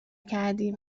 کردی